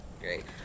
Great